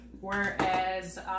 whereas